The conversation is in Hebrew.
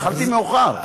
התחלתי מאוחר.